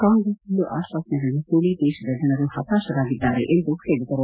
ಕಾಂಗ್ರೆಸ್ನ ಸುಳ್ಳು ಆಶ್ವಾಸನೆಗಳನ್ನು ಕೇಳಿ ದೇಶದ ಜನರು ಹತಾಶರಾಗಿದ್ದಾರೆ ಎಂದು ಹೇಳಿದರು